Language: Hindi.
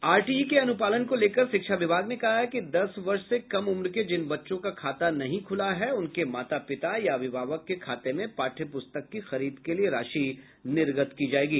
आरटीई के अनुपालन को लेकर शिक्षा विभाग ने कहा है कि दस वर्ष से कम उम्र के जिन बच्चों का खाता नहीं खुला है उनके माता पिता या अभिभावक के खाते में पाठय पुस्तक की खरीद के लिए राशि निर्गत की जायेगी